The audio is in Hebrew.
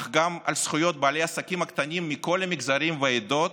אך גם על זכויות בעלי העסקים הקטנים מכל המגזרים והעדות,